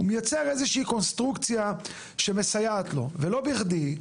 הוא מייצר איזושהי קונסטרוקציה שמסייעת לו ולא בכדי,